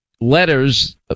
letters